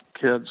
kids